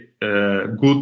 good